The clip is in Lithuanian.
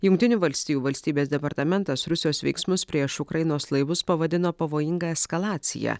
jungtinių valstijų valstybės departamentas rusijos veiksmus prieš ukrainos laivus pavadino pavojinga eskalacija